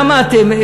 למה אתם?